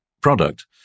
product